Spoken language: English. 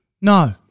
No